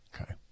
Okay